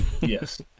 Yes